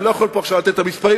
אני לא יכול עכשיו לתת את המספרים,